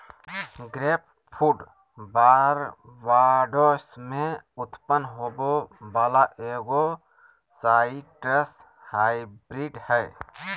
grapefruit Barbados में उत्पन्न होबो वला एगो साइट्रस हाइब्रिड हइ